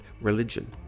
religion